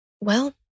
Well-